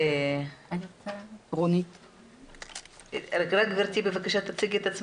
רונית צור בבקשה.